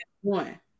one